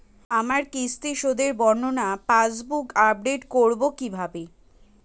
আমার কিস্তি শোধে বর্ণনা পাসবুক আপডেট করব কিভাবে?